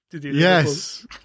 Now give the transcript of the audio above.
Yes